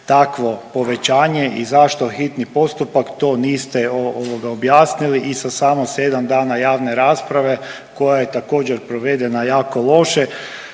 takvo povećanje i zašto hitni postupak, to niste ovoga, objasnili i sa samo 7 dana javne rasprave, koja je također, provedena jako loše.